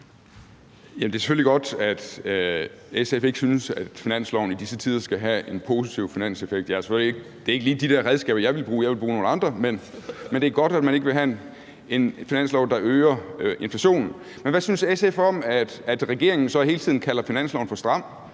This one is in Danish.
Det er selvfølgelig godt, at SF ikke synes, finansloven i disse tider skal have en positiv finanseffekt. Det er så ikke lige de redskaber, jeg ville bruge. Jeg ville bruge nogle andre. Men det er godt, at man ikke ville have en finanslov, der øger inflationen. Men hvad synes SF om, at regeringen hele tiden kalder finanslovforslaget for stram?